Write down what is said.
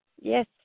Yes